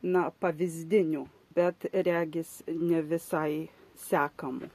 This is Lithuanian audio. na pavyzdiniu bet regis ne visai sekamų